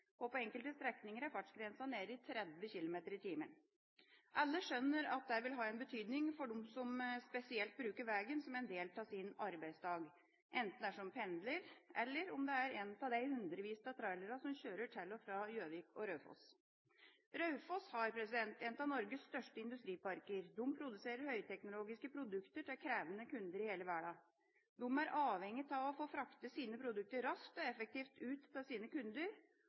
og på enkelte strekninger er fartsgrensen nede i 30 km/t. Alle skjønner at det vil ha en betydning spesielt for dem som bruker vegen som en del av sin arbeidsdag, enten det er som pendler, eller det er en av de hundrevis av trailere som kjører til og fra Gjøvik og Raufoss. Raufoss har en av Norges største industriparker. De produserer høyteknologiske produkter til krevende kunder i hele verden. De er avhengige av å få fraktet sine produkter raskt og effektivt ut til sine kunder,